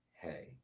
hey